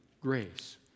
Grace